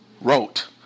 wrote